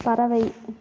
பறவை